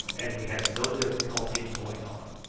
and we had no difficulty in going on.